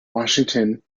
washington